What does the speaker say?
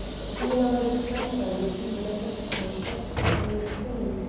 but you will understand that i receive letters at my shop for a small fee,